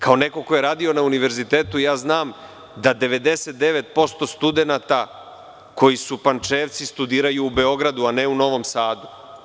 Kao neko ko je radio na univerzitetu, znam da 99% studenata koji su Pančevci, studiraju u Beogradu, a ne u Novom Sadu.